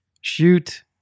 shoot